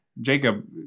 Jacob